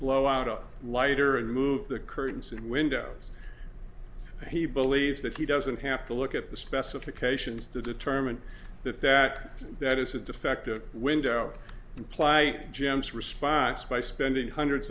blow out a lighter and move the currents and windows he believes that he doesn't have to look at the specifications to determine if that that is a defective window imply gems response by spending hundreds